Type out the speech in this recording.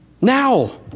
Now